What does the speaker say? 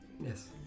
Yes